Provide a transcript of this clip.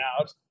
out